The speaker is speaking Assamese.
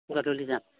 গধূলি যাম